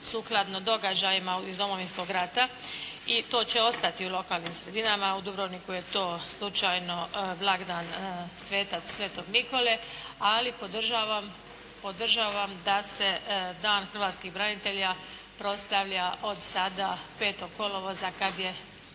sukladno događajima iz Domovinskog rata. I to će ostati u lokalnim sredinama, u Dubrovniku je to slučajno blagdan svetac, Sv. Nikole, ali podržavam da se Dan hrvatskih branitelja proslavlja od sada 5. kolovoza kada je